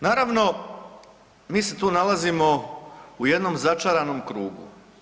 Naravno mi se tu nalazimo u jednom začaranom krugu.